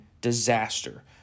disaster